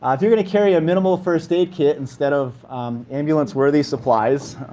ah if you're going to carry a minimal first aid kit instead of ambulance-worthy supplies,